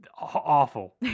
awful